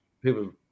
People